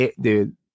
Dude